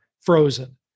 frozen